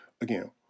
again